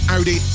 Audi